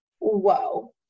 whoa